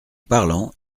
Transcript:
parlant